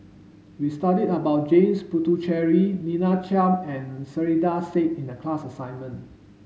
we studied about James Puthucheary Lina Chiam and Saiedah Said in the class assignment